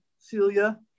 Celia